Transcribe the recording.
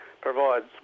provides